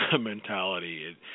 mentality